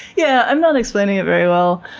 yeah, i'm not explaining it very well,